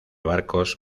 barcos